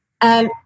And-